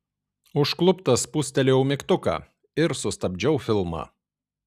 užkluptas spustelėjau mygtuką ir sustabdžiau filmą